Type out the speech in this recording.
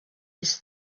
his